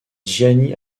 gianni